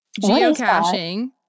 Geocaching